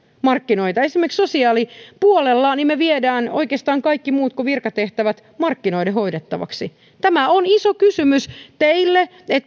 markkinoita esimerkiksi sosiaalipuolella me viemme oikeastaan kaikki muut kuin virkatehtävät markkinoiden hoidettavaksi tämä on iso kysymys teille